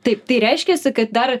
taip tai reiškiasi kad dar